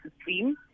stream